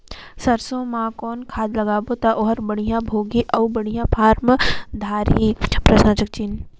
सरसो मा कौन खाद लगाबो ता ओहार बेडिया भोगही अउ बेडिया फारम धारही?